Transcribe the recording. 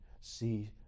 see